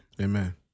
Amen